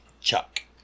Chuck